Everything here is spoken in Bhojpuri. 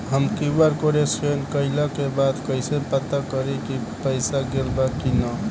हम क्यू.आर कोड स्कैन कइला के बाद कइसे पता करि की पईसा गेल बा की न?